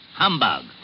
Humbug